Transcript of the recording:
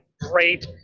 great